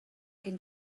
can